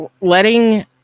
letting